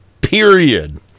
period